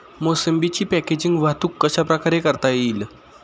मोसंबीची पॅकेजिंग वाहतूक कशाप्रकारे करता येईल?